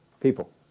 people